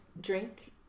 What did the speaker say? drink